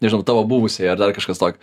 nežinau tavo buvusiai ar dar kažkas tokio